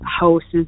houses